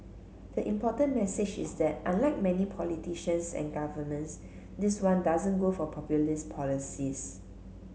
the important message is that unlike many politicians and governments this one doesn't go for populist policies